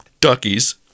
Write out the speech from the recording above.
duckies